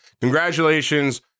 congratulations